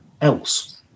else